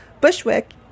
Bushwick